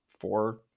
four